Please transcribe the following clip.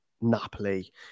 Napoli